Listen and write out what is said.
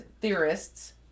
theorists